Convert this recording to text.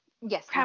Yes